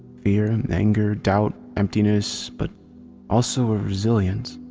fear, and anger, doubt, emptiness, but also a resilience.